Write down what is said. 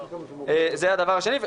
זה הדבר השני.